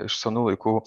iš senų laikų